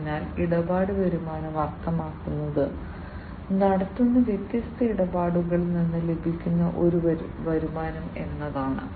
അതിനാൽ ഇടപാട് വരുമാനം അർത്ഥമാക്കുന്നത് നടത്തുന്ന വ്യത്യസ്ത ഇടപാടുകളിൽ നിന്ന് ലഭിക്കുന്ന വരുമാനം എന്നാണ്